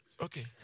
Okay